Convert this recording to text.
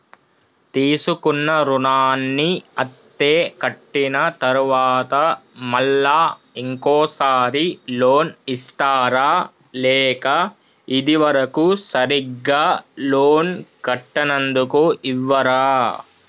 తీసుకున్న రుణాన్ని అత్తే కట్టిన తరువాత మళ్ళా ఇంకో సారి లోన్ ఇస్తారా లేక ఇది వరకు సరిగ్గా లోన్ కట్టనందుకు ఇవ్వరా?